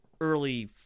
early